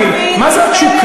לא?